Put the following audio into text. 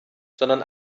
sondern